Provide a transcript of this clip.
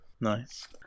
Nice